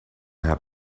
have